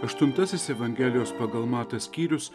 aštuntasis evangelijos pagal matą skyrius